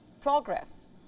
progress